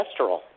cholesterol